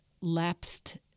lapsed